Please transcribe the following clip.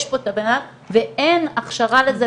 אין הכשרה לזה,